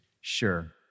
sure